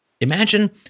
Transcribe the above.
Imagine